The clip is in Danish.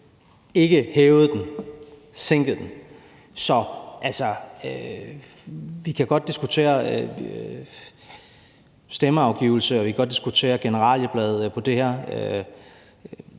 man sænkede den, man hævede den ikke. Vi kan godt diskutere stemmeafgivelse, og vi kan godt diskutere generalieblade på det her